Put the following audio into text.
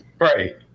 Right